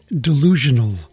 delusional